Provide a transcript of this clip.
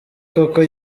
koko